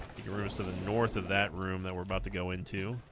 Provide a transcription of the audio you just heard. you rose to the north of that room that we're about to go into